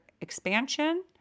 expansion